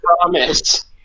promise